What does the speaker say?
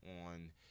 on